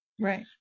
Right